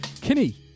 kinney